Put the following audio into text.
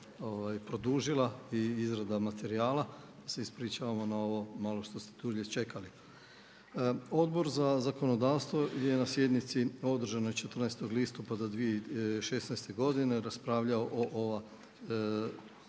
produžila i izrada materijala, pa se ispričavamo na ovo malo što ste dulje čekali. Odbor za zakonodavstvo je na sjednici održanoj 14. listopada 2016. godine raspravljao o ova